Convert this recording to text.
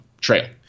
trail